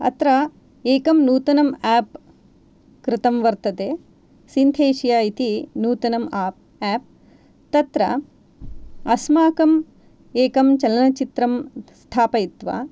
अत्र एकं नूतनम् आप् कृतं वर्तते सिन्थेषिया इति नूतनं आप् आप् तत्र अस्माकम् एकं चलनचित्रं स्थापयित्वा